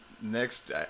next